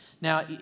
Now